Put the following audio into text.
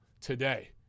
today